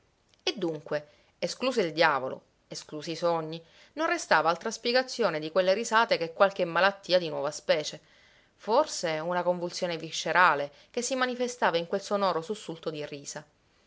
e dunque escluso il diavolo esclusi i sogni non restava altra spiegazione di quelle risate che qualche malattia di nuova specie forse una convulsione viscerale che si manifestava in quel sonoro sussulto di risa